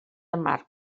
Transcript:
amarg